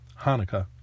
Hanukkah